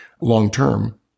long-term